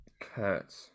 Kurt